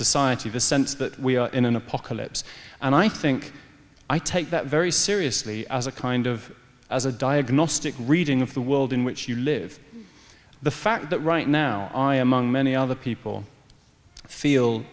society the same we are in an apocalypse and i think i take that very seriously as a kind of as a diagnostic reading of the world in which you live the fact that right now among many other people feel